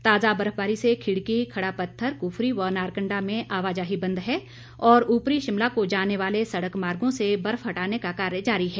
ताजा बर्फबारी से खिड़की खड़ापत्थर कुफरी व नारकंडा में आवाजाही बंद है और ऊपरी शिमला को जाने वाले सड़क मार्गो से बर्फ हटाने का कार्य जारी है